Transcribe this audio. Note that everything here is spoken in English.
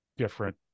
different